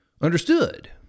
understood